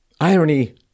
Irony